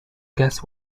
guess